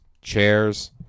chairs